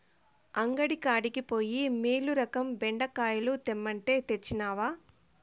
అంగడి కాడికి పోయి మీలురకం బెండ విత్తనాలు తెమ్మంటే, తెచ్చినవా